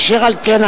אשר על כן,